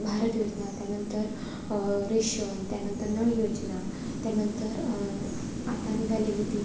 भारत योजना त्यानंतर रेशन त्यानंतर नळ योजना त्यानंतर आता निघालेली ती